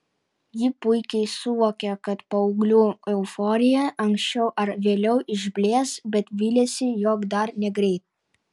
ji puikiai suvokė kad paauglių euforija anksčiau ar vėliau išblės bet vylėsi jog dar negreit